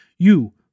You